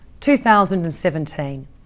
2017